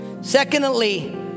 Secondly